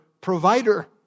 provider